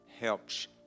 helps